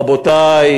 רבותי,